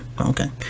Okay